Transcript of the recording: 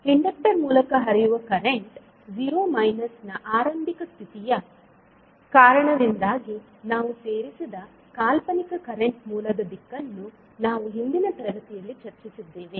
inductor ಮೂಲಕ ಹರಿಯುವ current 0− ನ ಆರಂಭಿಕ ಸ್ಥಿತಿಯ ಕಾರಣದಿಂದಾಗಿ ನಾವು ಸೇರಿಸಿದ ಕಾಲ್ಪನಿಕ ಕರೆಂಟ್ ಮೂಲದ ದಿಕ್ಕನ್ನು ನಾವು ಹಿಂದಿನ ತರಗತಿಯಲ್ಲಿ ಚರ್ಚಿಸಿದ್ದೇವೆ